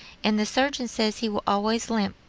and the surgeon says he will always limp.